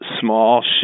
small